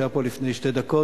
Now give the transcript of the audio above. שהיה פה לפני שתי דקות,